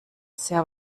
sehr